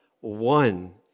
one